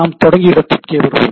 நாம் தொடங்கிய இடத்திற்கே வருவோம்